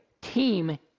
team